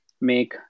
make